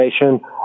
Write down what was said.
information